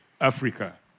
Africa